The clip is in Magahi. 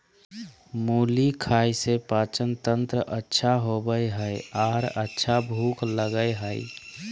मुली खाय से पाचनतंत्र अच्छा होबय हइ आर अच्छा भूख लगय हइ